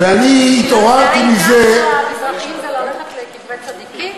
ואני התעוררתי מזה, שהמזרחים, לקברי צדיקים?